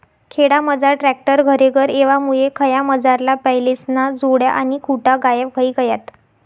खेडामझार ट्रॅक्टर घरेघर येवामुये खयामझारला बैलेस्न्या जोड्या आणि खुटा गायब व्हयी गयात